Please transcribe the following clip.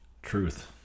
Truth